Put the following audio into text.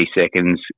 seconds